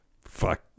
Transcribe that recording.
Fuck